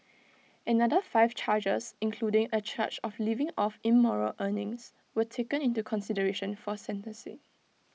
another five charges including A charge of living off immoral earnings were taken into consideration for sentencing